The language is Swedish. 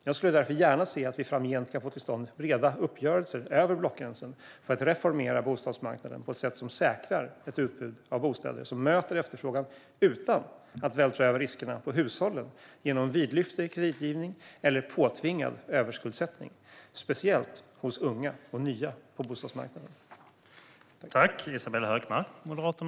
Jag skulle därför gärna se att vi framgent kan få till stånd breda uppgörelser över blockgränsen för att reformera bostadsmarknaden på ett sätt som säkrar ett utbud av bostäder som möter efterfrågan utan att vältra över riskerna på hushållen genom vidlyftig kreditgivning eller påtvingad överskuldsättning, speciellt hos unga och nya på bostadsmarknaden.